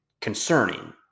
concerning